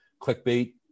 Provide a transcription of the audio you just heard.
clickbait